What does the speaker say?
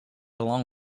along